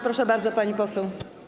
Proszę bardzo, pani poseł.